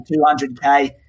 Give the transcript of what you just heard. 200K